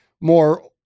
more